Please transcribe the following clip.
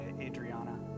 Adriana